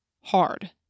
Hard